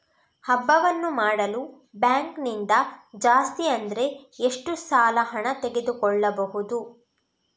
ಹಬ್ಬವನ್ನು ಮಾಡಲು ಬ್ಯಾಂಕ್ ನಿಂದ ಜಾಸ್ತಿ ಅಂದ್ರೆ ಎಷ್ಟು ಸಾಲ ಹಣ ತೆಗೆದುಕೊಳ್ಳಬಹುದು?